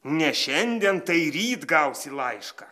ne šiandien tai ryt gausi laišką